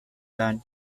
land